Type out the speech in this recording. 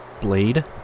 Blade